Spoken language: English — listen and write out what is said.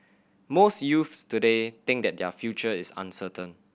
most youths today think that their future is uncertain